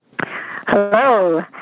Hello